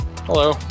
Hello